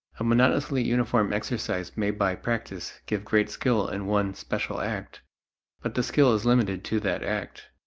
a monotonously uniform exercise may by practice give great skill in one special act but the skill is limited to that act,